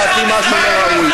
אמרת גם לדעתי משהו לא ראוי.